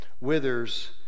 withers